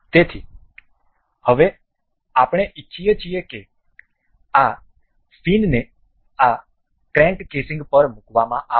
તેથી હવે આપણે ઇચ્છીએ છીએ કે આ ફિનને આ ક્રેન્ક કેસિંગ પર મુકવામાં આવે